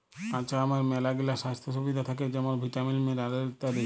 কাঁচা আমের ম্যালাগিলা স্বাইস্থ্য সুবিধা থ্যাকে যেমল ভিটামিল, মিলারেল ইত্যাদি